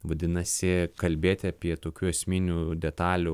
vadinasi kalbėti apie tokių esminių detalių